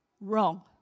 Wrong